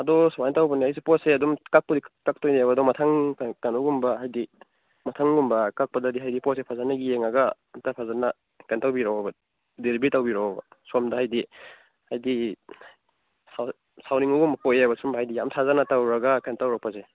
ꯑꯗꯣ ꯁꯨꯃꯥꯏ ꯇꯧꯕꯅꯦ ꯑꯩꯁꯨ ꯄꯣꯠꯁꯦ ꯑꯗꯨꯝ ꯀꯛꯄꯨꯗꯤ ꯀꯛꯇꯣꯏꯅꯦꯕ ꯑꯗꯨꯝ ꯃꯊꯪ ꯀꯩꯅꯣꯒꯨꯝꯕ ꯍꯥꯏꯗꯤ ꯃꯊꯪꯒꯨꯝꯕ ꯀꯛꯄꯗꯗꯤ ꯍꯥꯏꯗꯤ ꯄꯣꯠꯁꯦ ꯐꯖꯅ ꯌꯦꯡꯂꯒ ꯑꯝꯇ ꯐꯖꯅ ꯀꯩꯅꯣ ꯇꯧꯕꯤꯔꯣꯕ ꯗꯤꯂꯤꯕꯔꯤ ꯇꯧꯕꯤꯔꯛꯑꯣꯕ ꯁꯣꯝꯗ ꯍꯥꯏꯗꯤ ꯁꯥꯎꯅꯤꯡꯕꯒꯨꯝꯕ ꯄꯣꯛꯑꯦꯕ ꯍꯥꯏꯗꯤ ꯌꯥꯝ ꯊꯥꯖꯅ ꯇꯧꯔꯨꯔꯒ ꯀꯩꯅꯣ ꯇꯧꯔꯛꯄꯁꯦ